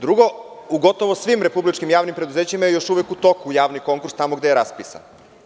Drugo, u gotovo svim republičkim javnim preduzećima je još uvek u toku javni konkurs tamo gde je raspisan.